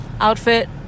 outfit